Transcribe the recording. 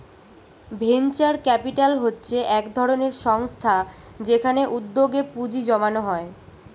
venture capital হচ্ছে একধরনের সংস্থা যেখানে উদ্যোগে পুঁজি জমানো হয়